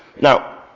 Now